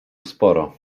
sporo